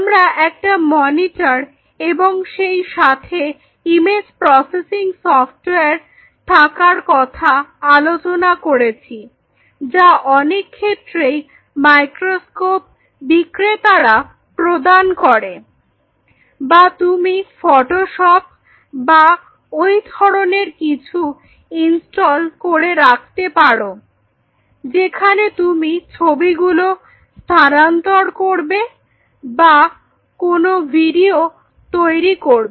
আমরা একটা মনিটর এবং সেই সাথে ইমেজ প্রসেসিং সফটওয়্যার থাকার কথা আলোচনা করেছি যা অনেক ক্ষেত্রেই মাইক্রোস্কোপ বিক্রেতারা প্রদান করে বা তুমি ফটোশপ বা ওই ধরনের কিছু ইন্সটল করে রাখতে পারো যেখানে তুমি ছবিগুলো স্থানান্তরিত করবে বা কোন ভিডিও তৈরি করবে